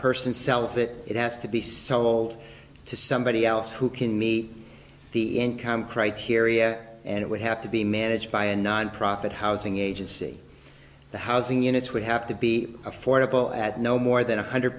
person sells it it has to be sold to somebody else who can meet the income criteria and it would have to be managed by a nonprofit housing agency the housing units would have to be affordable at no more than one hundred